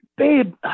Babe